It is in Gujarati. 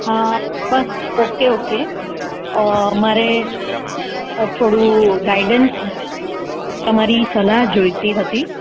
હા બસ ઓકે ઓકે મારે થોડું ગાઈડન્સ તમારી સલાહ જોઈતી હતી